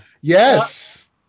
Yes